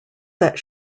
that